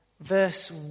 verse